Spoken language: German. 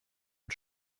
und